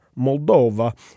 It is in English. Moldova